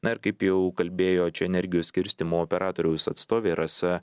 na ir kaip jau kalbėjo čia energijos skirstymo operatoriaus atstovė rasa